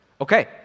Okay